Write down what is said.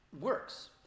works